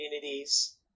communities